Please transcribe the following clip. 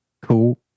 cool